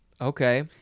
Okay